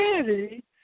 City